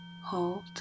Hold